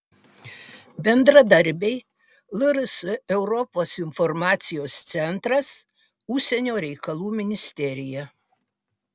bendradarbiai lrs europos informacijos centras užsienio reikalų ministerija